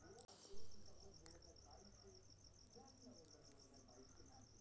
सलाहकार के सेवा कौन कौन रूप में ला सके हिये?